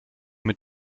mit